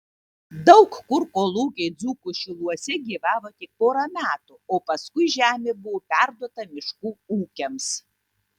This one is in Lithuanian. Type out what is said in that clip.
daug kur kolūkiai dzūkų šiluose gyvavo tik porą metų o paskui žemė buvo perduota miškų ūkiams